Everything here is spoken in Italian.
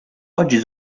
oggi